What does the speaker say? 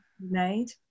made